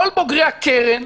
כל בוגרי הקרן,